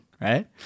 right